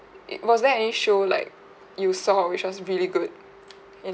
it was there any show like you saw which was really good in